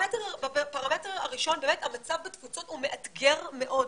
בפרמטר הראשון באמת המצב בתפוצות הוא מאתגר מאוד,